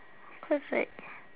cause like